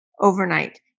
overnight